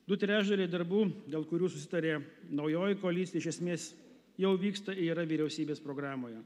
du trečdaliai darbų dėl kurių susitarė naujoji koalicija iš esmės jau vyksta yra vyriausybės programoje